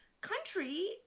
country